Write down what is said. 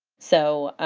so,